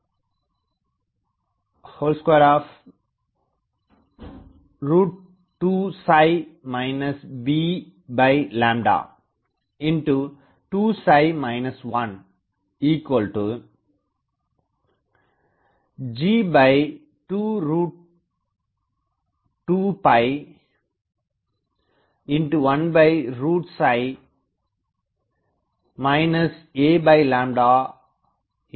2 b22 1G22 1 a2G21821 1ஆகும்